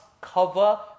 cover